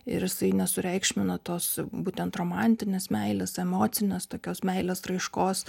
ir jisai nesureikšmina tos būtent romantinės meilės emocinės tokios meilės raiškos